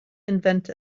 invent